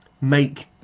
make